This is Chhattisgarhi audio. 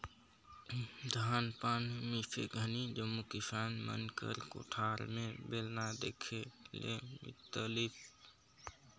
धान पान मिसे घनी जम्मो किसान मन कर कोठार मे बेलना देखे ले मिलतिस